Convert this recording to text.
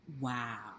Wow